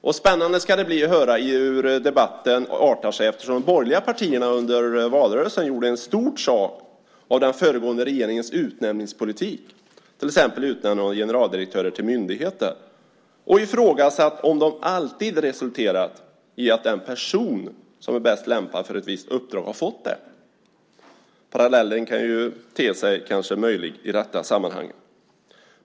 Det ska bli spännande att höra hur debatten artar sig eftersom de borgerliga partierna i valrörelsen gjorde en stor sak av den föregående regeringens utnämningspolitik, till exempel utnämningen av generaldirektörer till myndigheter, och har ifrågasatt om utnämningarna alltid resulterat i att den person som är bäst lämpad för ett visst uppdrag har fått det. Parallellen kan kanske te sig möjlig i detta sammanhang.